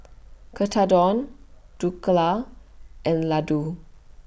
Tekkadon Dhokla and Ladoo